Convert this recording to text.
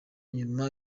nyuma